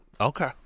Okay